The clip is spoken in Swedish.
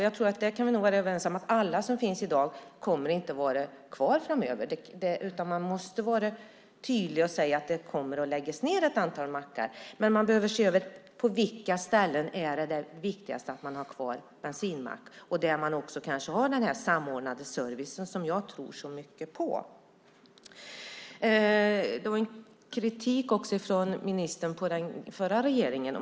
Jag tror att vi kan vara överens om att alla som finns i dag inte kommer att vara kvar framöver, utan man måste vara tydlig och säga att det kommer att läggas ned ett antal mackar. Men man behöver se över på vilka ställen det är viktigast att det finns bensinmackar kvar och den samordnade servicen som jag tror så mycket på. Det riktades kritik från ministern mot den förra regeringen.